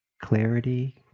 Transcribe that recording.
clarity